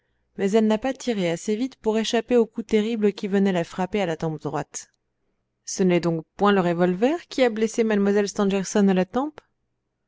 mais elle n'a pas tiré assez vite pour échapper au coup terrible qui venait la frapper à la tempe droite ce n'est donc point le revolver qui a blessé mlle stangerson à la tempe